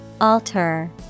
Alter